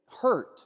hurt